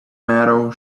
metal